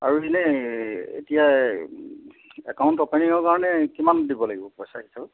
আৰু ইনে এতিয়া একাউন্ট অপেনিংৰ কাৰণে কিমান দিব লাগিব পইছা হিচাপত